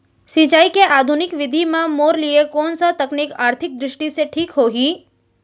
सिंचाई के आधुनिक विधि म मोर लिए कोन स तकनीक आर्थिक दृष्टि से ठीक होही?